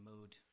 mood